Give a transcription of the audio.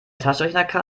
taschenrechner